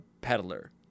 peddler